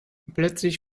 plötzlich